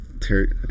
Terry